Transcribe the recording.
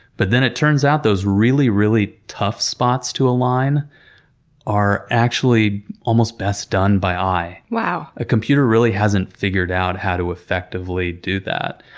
but then it turns out those really, really tough spots to align are actually almost best done by eye. a computer really hasn't figured out how to effectively do that.